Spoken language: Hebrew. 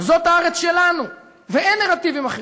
זאת הארץ שלנו, ואין נרטיבים אחרים.